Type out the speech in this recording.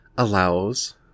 Allows